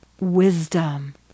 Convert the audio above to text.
wisdom